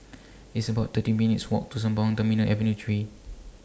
It's about thirty minutes' Walk to Sembawang Terminal Avenue three